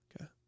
Okay